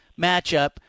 matchup